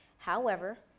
however,